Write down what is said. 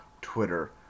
Twitter